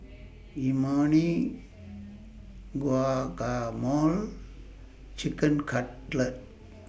Imoni Guacamole Chicken Cutlet